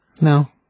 No